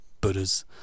buddhas